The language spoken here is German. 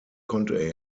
konnte